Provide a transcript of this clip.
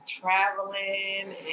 traveling